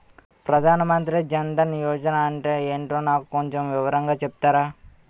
ప్రధాన్ మంత్రి జన్ దన్ యోజన అంటే ఏంటో నాకు కొంచెం వివరంగా చెపుతారా?